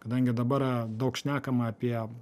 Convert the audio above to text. kadangi dabar yra daug šnekama apie